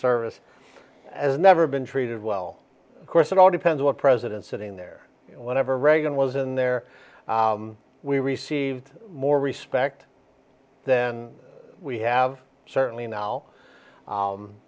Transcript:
service as a never been treated well of course it all depends what president sitting there whenever reagan was in there we received more respect than we have certainly now